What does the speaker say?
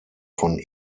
von